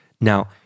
Now